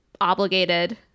obligated